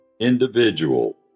individual